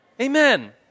amen